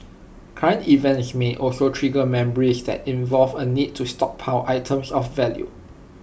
current events may also trigger memories that involve A need to stockpile items of value